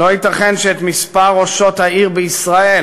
לא ייתכן שאת מספר ראשות העיר בישראל